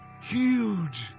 huge